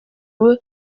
ubu